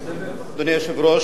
אדוני היושב-ראש,